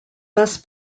thus